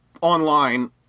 online